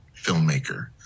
Filmmaker